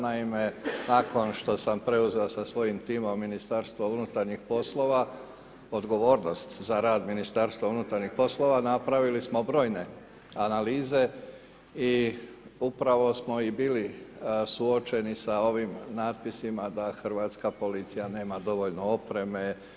Naime, nakon što sam preuzeo sa svojim timom MUP, odgovornost za rad Ministarstva unutarnjih poslova, napravili smo brojne analize i upravo smo i bili suočeni sa ovim natpisima da hrvatska policija nema dovoljno opreme.